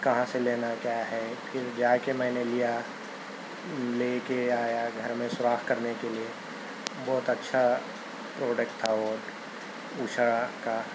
کہاں سے لینا ہے کیا ہے پھر جا کے میں نے لیا لے کے آیا گھر میں سوراخ کرنے کے لئے بہت اچھا پروڈکٹ تھا وہ اوشا کا